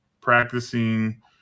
practicing